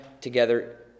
together